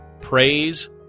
Praise